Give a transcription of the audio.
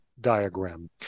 diagram